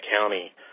county